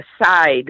aside